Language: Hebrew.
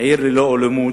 "עיר ללא אלימות",